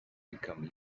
become